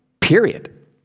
period